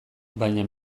baina